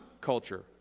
culture